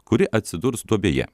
kuri atsidurs duobėje